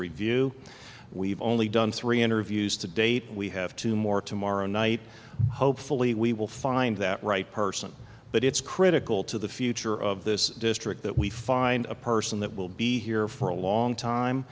review we've only done three interviews to date we have two more tomorrow night hopefully we will find that right person but it's critical to the future of this district that we find a person that will be here for a long time